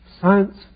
science